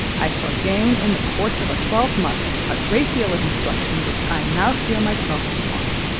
i shall gain in the course of a twelve-month a great deal of instruction which i now feel myself to want.